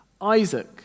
Isaac